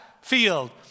field